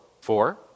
four